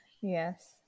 Yes